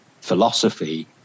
philosophy